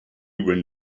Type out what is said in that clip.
when